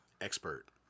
expert